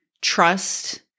trust